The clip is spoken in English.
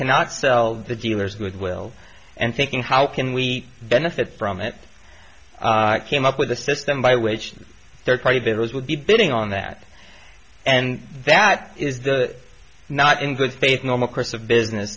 cannot sell the dealers with will and thinking how can we benefit from it came up with a system by which third party those would be bidding on that and that is the not in good faith normal course of business